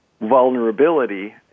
vulnerability